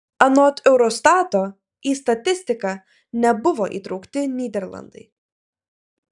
anot eurostato į statistiką nebuvo įtraukti nyderlandai